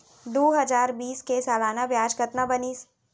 दू हजार बीस के सालाना ब्याज कतना बनिस?